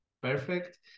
perfect